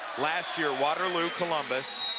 last year waterloo columbus,